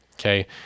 Okay